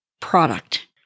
product